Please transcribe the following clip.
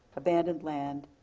abandoned land,